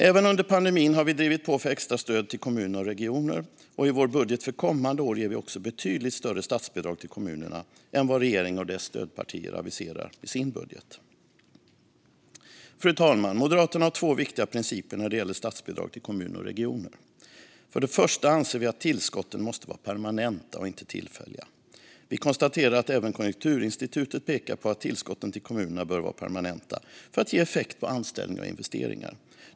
Även under pandemin har vi drivit på för extra stöd till kommuner och regioner, och i vår budget för kommande år ger vi också betydligt större statsbidrag till kommunerna än vad regeringen och dess stödpartier aviserar i sin budget. Fru talman! Moderaterna har två viktiga principer när det gäller statsbidrag till kommuner och regioner. För det första anser vi att tillskotten måste vara permanenta och inte tillfälliga. Vi konstaterar att även Konjunkturinstitutet pekar på att tillskotten till kommunerna bör vara permanenta för att ge effekt på anställningar och investeringar.